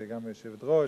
וגם היושבת-ראש,